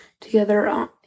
together